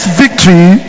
victory